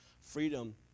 freedom